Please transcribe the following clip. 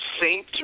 Saint